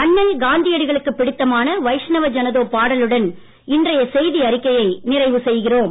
அண்ணல் காந்தியடிகளுக்குப் பிடித்தமான வைஷ்ணவ ஜனதோ பாடலுடன் இன்றைய செய்தி அறிக்கையை நிறைவு செய்கிறோம்